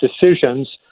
decisions